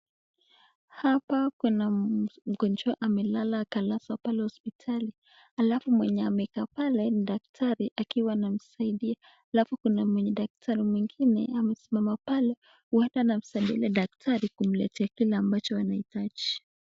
Hapa kuna mgonjwa amelala akalazwa pale hospitali, halafu mwenye amekaa pale ni daktari akiwa anamsaidia, halafu kuna mwenye daktari mwengine amesimama pale huenda anamsaidia daktari kumletea kile ambacho anahitaji.